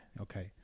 Okay